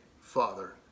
father